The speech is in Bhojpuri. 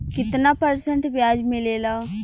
कितना परसेंट ब्याज मिलेला?